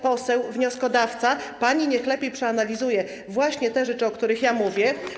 Pani poseł wnioskodawco, pani niech lepiej przeanalizuje właśnie te rzeczy, o których mówię.